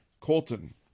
Colton